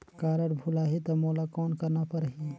Card भुलाही ता मोला कौन करना परही?